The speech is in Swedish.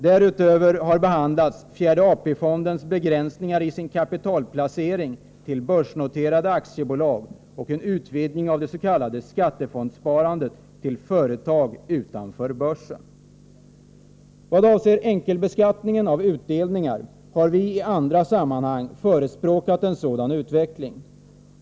Därutöver har behandlats fjärde AP-fondens begränsningar till börsnoterade aktiebolag av sin kapitalplacering och en utvidgning av dets.k. skattefondssparandet till företag utanför börsen. Vad avser enkelbeskattningen av utdelningar har vi i andra sammanhang förespråkat en utveckling mot detta.